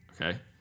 okay